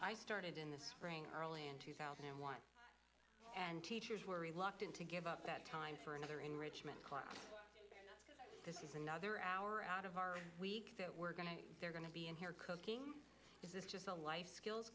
i started in the spring early two thousand and one and teachers were reluctant to give up that time for another enrichment class this is another hour out of the week that we're going to they're going to be in here cooking is just a life skill